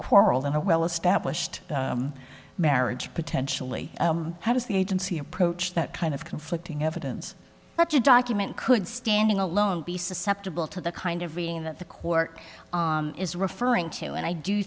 quarrel in a well established marriage potentially how does the agency approach that kind of conflicting evidence such a document could standing alone be susceptible to the kind of reading that the court is referring to and i do